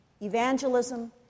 evangelism